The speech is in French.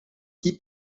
qui